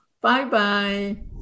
Bye-bye